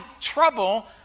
trouble